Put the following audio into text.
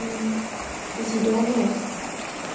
जिद' मे